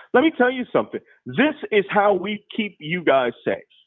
let me tell you something. this is how we keep you guys safe.